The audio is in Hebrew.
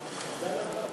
טיבי.